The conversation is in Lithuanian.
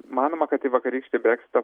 manoma kad į vakarykštį breksito